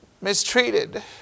mistreated